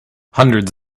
hundreds